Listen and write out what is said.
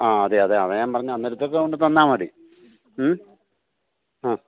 ആ അതെ അതെ അതാണ് ഞാന് പറഞ്ഞത് അന്നേരത്തേക്ക് കൊണ്ട് തന്നാൽ മതി ഉം അ